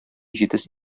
җитез